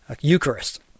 Eucharist